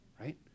right